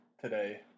today